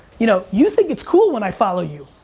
you know you think it's cool when i follow you.